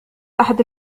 أحد